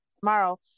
tomorrow